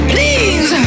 Please